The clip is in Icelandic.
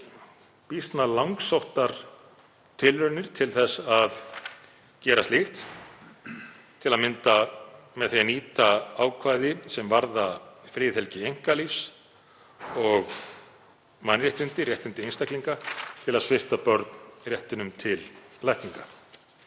býsna langsóttar tilraunir gerðar til þess að gera slíkt, til að mynda með því að nýta ákvæði sem varða friðhelgi einkalífs og mannréttindi, réttindi einstaklinga til að svipta börn réttinum til lækninga.